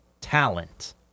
talent